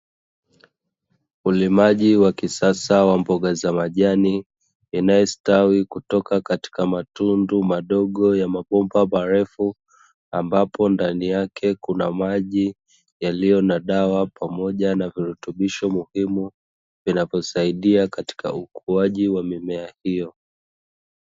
Ulimaji wa kisasa wa mboga za majani, inayostawi kutoka katika matundu madogo ya mabomba marefu ambapo ndani yake kuna maji yaliyo na dawa pamoja na virutubisho muhimu vinavyosaidia katika ukuaji wa mimea hiyo.